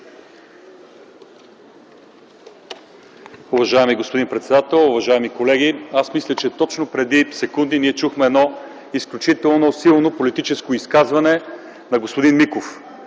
Уважаеми господин председател, уважаеми колеги! Аз мисля, че точно преди секунди ние чухме едно изключително силно политическо изказване на господин Миков.